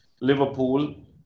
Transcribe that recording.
Liverpool